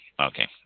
okay